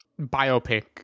biopic